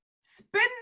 Spin